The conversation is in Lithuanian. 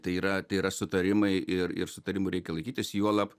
tai yra tai yra sutarimai ir ir sutarimų reikia laikytis juolab